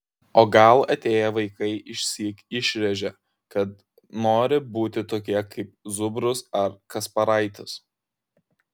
o gal atėję vaikai išsyk išrėžia kad nori būti tokie kaip zubrus ar kasparaitis